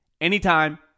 anytime